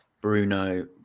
Bruno